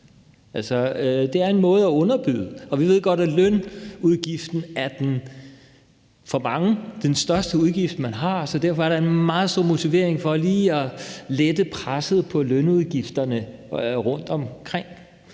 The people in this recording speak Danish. Det er en måde at underbyde nogen på. Vi ved godt, at lønudgiften for mange er den største udgift, man har, så derfor er der en meget stor motivation for lige at lette presset lidt på lønudgifterne rundtomkring.